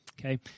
okay